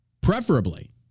Preferably